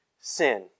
sin